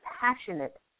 passionate